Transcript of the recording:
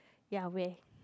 ya where